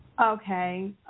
Okay